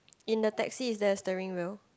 in the taxi is there a steering wheel